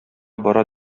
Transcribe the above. бара